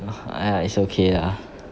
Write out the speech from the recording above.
!aiya! it's ok ah